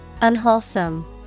Unwholesome